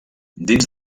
dins